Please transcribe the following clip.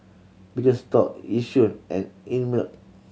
Birkenstock Yishion and Einmilk